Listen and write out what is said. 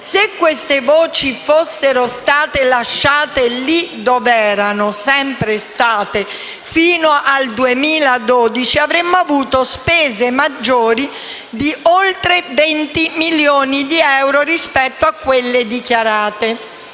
Se queste voci fossero state lasciate lì dove erano sempre state fino al 2012 avremmo avuto spese maggiori di oltre 20 milioni di euro rispetto a quelle dichiarate.